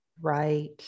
Right